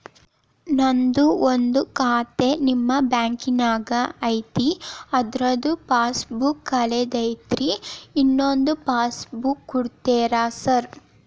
ನಂದು ಒಂದು ಖಾತೆ ನಿಮ್ಮ ಬ್ಯಾಂಕಿನಾಗ್ ಐತಿ ಅದ್ರದು ಪಾಸ್ ಬುಕ್ ಕಳೆದೈತ್ರಿ ಇನ್ನೊಂದ್ ಪಾಸ್ ಬುಕ್ ಕೂಡ್ತೇರಾ ಸರ್?